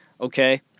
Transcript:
okay